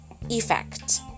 effect